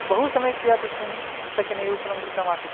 बहु सम्यक्तया तस्मिन् पुस्तके निरूपणं कृतम् आसीत्